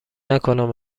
نکنم